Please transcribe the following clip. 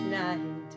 night